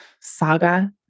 saga